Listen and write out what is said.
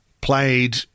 played